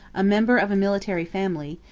a member of a military family,